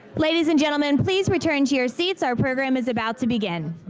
ladies and gentlemen, please return to your seats. our program is about to begin.